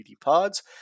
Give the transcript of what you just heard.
Pods